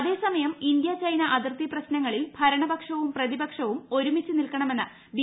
അതേസമയം India China അതിർത്തി പ്രശ്നങ്ങളിൽ ഭരണപക്ഷവും പ്രതിപക്ഷവും ഒരുമിച്ച് നിൽക്കണമെന്ന് ബി